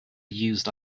used